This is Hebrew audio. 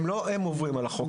לא הם עוברים על החוק,